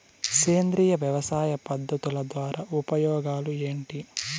సేంద్రియ వ్యవసాయ పద్ధతుల ద్వారా ఉపయోగాలు ఏంటి?